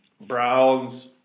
Browns